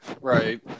right